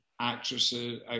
actresses